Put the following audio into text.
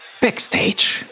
Backstage